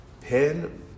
Pen